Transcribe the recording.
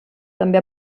també